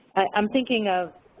i'm thinking of,